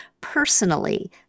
personally